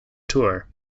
tour